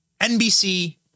NBC